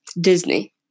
Disney